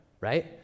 right